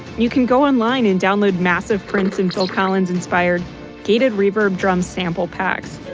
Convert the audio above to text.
you can go online and download massive prince and phil collins inspired gated reverb drum sample packs.